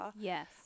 yes